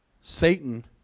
Satan